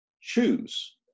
Choose